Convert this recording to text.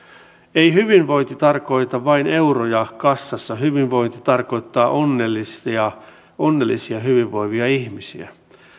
ei hyvinvointi tarkoita vain euroja kassassa hyvinvointi tarkoittaa onnellisia onnellisia hyvinvoivia ihmisiä